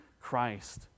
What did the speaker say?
Christ